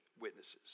witnesses